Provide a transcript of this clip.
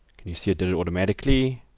can you see it did it automatically